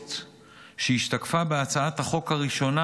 ההיסטורית שהשתקפה בהצעת החוק הראשונה